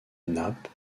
nappe